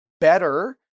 better